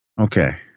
Okay